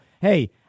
hey